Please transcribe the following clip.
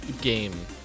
game